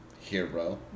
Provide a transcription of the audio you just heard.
hero